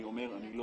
אני לא